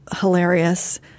hilarious